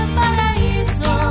paraíso